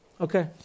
Okay